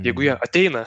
jeigu jie ateina